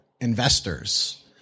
investors